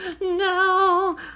no